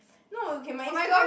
no okay my Instagram